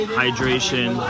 hydration